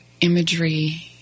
imagery